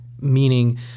meaning